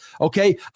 Okay